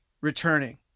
returning